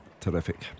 Terrific